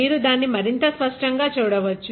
మీరు దీన్ని మరింత స్పష్టంగా చూడవచ్చు